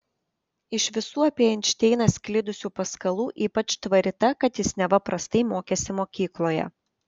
iš visų apie einšteiną sklidusių paskalų ypač tvari ta kad jis neva prastai mokėsi mokykloje